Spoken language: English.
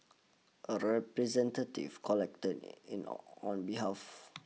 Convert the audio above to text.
a representative collected it in on behalf